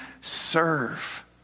serve